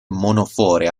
monofore